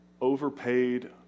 overpaid